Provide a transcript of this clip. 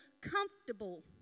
comfortable